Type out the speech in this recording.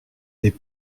des